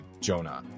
Jonah